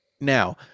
Now